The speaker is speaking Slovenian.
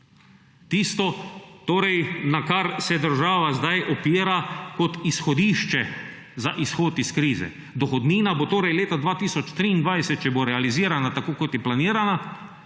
Tisto torej, na kar se država zdaj opira kot izhodišče za izhod iz krize. Dohodnina bo torej leta 2023, če bo realizirana tako, kot je planirana,